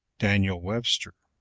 daniel webster.